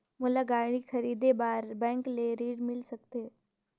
मोला गाड़ी खरीदे बार बैंक ले ऋण मिल सकथे?